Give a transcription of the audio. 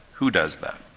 who does that?